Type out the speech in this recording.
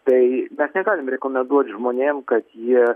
tai mes negalim rekomenduot žmonėm kad jie